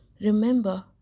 Remember